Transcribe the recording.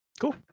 Cool